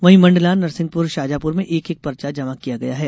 वहीं मंडला नरसिंहपुर शाजापुर में एक एक पर्चा जमा किया गया है